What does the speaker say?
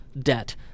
debt